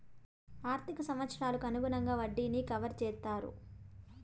ఆర్థిక సంవత్సరాలకు అనుగుణంగా వడ్డీని కవర్ చేత్తారు